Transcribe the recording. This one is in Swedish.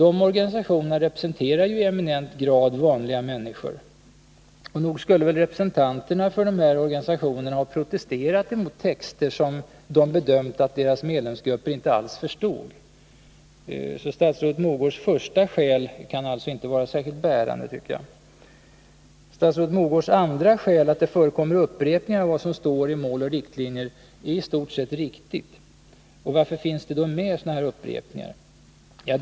Dessa organisationer representerar ju i eminent grad ”vanliga människor”. Nog skulle representanterna för dessa organisationer ha protesterat mot texter som de bedömt att deras medlemsgrupper inte alls förstod. Statsrådet Mogårds första skäl kan alltså inte vara särskilt bärande. Statsrådet Mogårds andra skäl, att det förekommer upprepningar av vad som redan står i Mål och riktlinjer, är i stor utsträckning riktigt. Varför finns då sådana här upprepningar med?